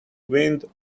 wind